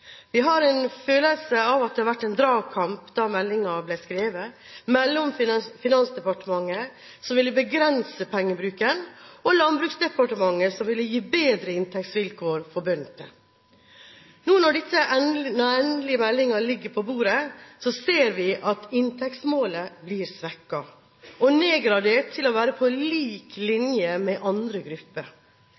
en dragkamp da meldingen ble skrevet – mellom Finansdepartementet, som ville begrense pengebruken, og Landbruksdepartementet, som ville gi bedre inntektsvilkår for bøndene. Nå når meldingen endelig ligger på bordet, ser vi at inntektsmålet blir svekket – og nedgradert til å være på lik linje med andre grupper.